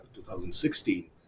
2016